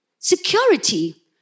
Security